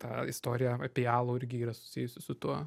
ta istorija apie alų irgi yra susijusi su tuo